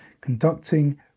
conducting